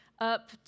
up